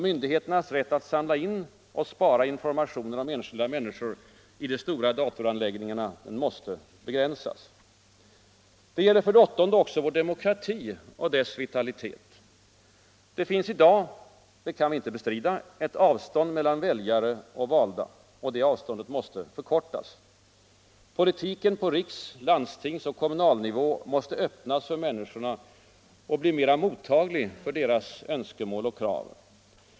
Myndigheternas rätt att samla in och spara informationer om enskilda människor i de stora datoranläggningarna måste begränsas. 8. Det gäller också vår demokrati och dess vitalitet. Det finns i dag —- det kan inte bestridas — ett avstånd mellan väljare och valda. Det måste förkortas. Politiken på riks-, landstingsoch kommunalnivå måste öppnas för människorna och bli mera mottaglig för deras önskemål och krav.